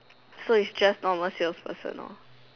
so is just normal sales person lor